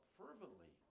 fervently